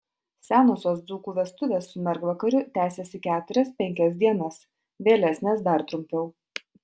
senosios dzūkų vestuvės su mergvakariu tęsėsi keturias penkias dienas vėlesnės dar trumpiau